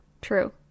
true